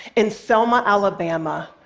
in selma, alabama,